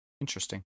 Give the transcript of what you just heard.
Interesting